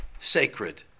sacred